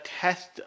test